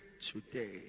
today